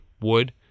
wood